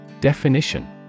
Definition